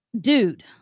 dude